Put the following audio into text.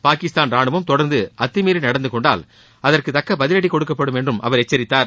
பாகிஸ்தான் ராணுவம் தொடர்ந்து அத்தமீறி நடந்து கொண்டால் அதற்கு தக்க பதிவடி கொடுக்கப்படும் என்றும் அவர் எச்சரித்தார்